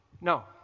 no